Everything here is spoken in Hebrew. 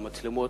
המצלמות,